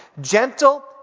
gentle